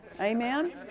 Amen